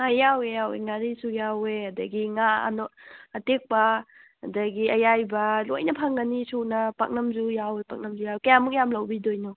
ꯑꯥ ꯌꯥꯎꯋꯦ ꯌꯥꯎꯋꯦ ꯉꯥꯔꯤꯁꯨ ꯌꯥꯎꯋꯦ ꯑꯗꯒꯤ ꯉꯥ ꯑꯇꯦꯛꯄ ꯑꯗꯒꯤ ꯑꯌꯥꯏꯕ ꯂꯣꯏꯅ ꯐꯪꯒꯅꯤ ꯁꯨꯅ ꯄꯥꯛꯅꯝꯁꯨ ꯌꯥꯎꯋꯤ ꯄꯥꯛꯅꯝꯁꯨ ꯌꯥꯎꯋꯤ ꯀꯌꯥꯝꯃꯨꯛ ꯌꯥꯝꯅ ꯂꯧꯕꯤꯗꯣꯏꯅꯣ